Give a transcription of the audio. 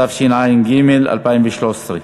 התשע"ג 2013,